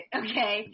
okay